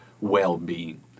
well-being